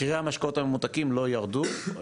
מחירי המשקאות הממותקים לא ירדו,